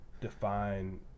define